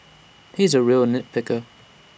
he is A real nit picker